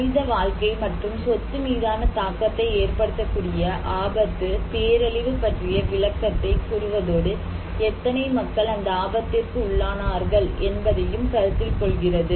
மனித வாழ்க்கை மற்றும் சொத்து மீதான தாக்கத்தை ஏற்படுத்தக் கூடிய ஆபத்து பேரழிவு பற்றிய விளக்கத்தை கூறுவதோடு எத்தனை மக்கள் அந்த ஆபத்திற்கு உள்ளானார்கள் என்பதையும் கருத்தில் கொள்கிறது